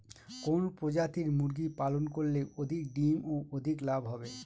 কোন প্রজাতির মুরগি পালন করলে অধিক ডিম ও অধিক লাভ হবে?